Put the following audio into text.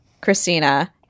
christina